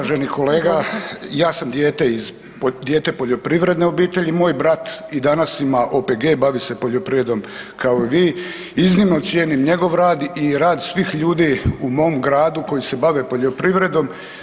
Uvaženi kolega i ja sam dijete iz, dijete poljoprivredne obitelji, moj brat i danas ima OPG, bavi se poljoprivredom kao i vi, iznimno cijenim njegov rad i rad svih ljudi u mom gradu koji se bave poljoprivredom.